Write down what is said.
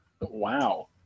Wow